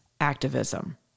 activism